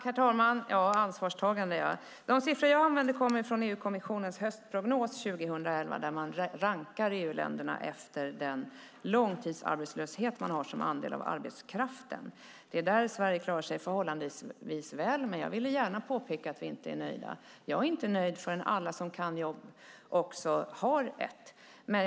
Herr talman! De siffror jag använder kommer från EU-kommissionens höstprognos 2011 där man rankar EU-länderna efter den långtidsarbetslöshet man har som andel av arbetskraften. Det är där Sverige klarar sig förhållandevis väl, men jag säger gärna att vi inte är nöjda. Jag är inte nöjd förrän alla som kan jobba har ett jobb.